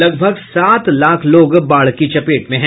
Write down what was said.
लगभग सात लाख लोग बाढ़ की चपेट में हैं